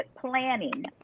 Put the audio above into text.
Planning